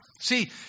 See